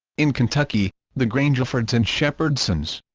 in kentucky the grangerfords and shepherdsons